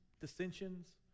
dissensions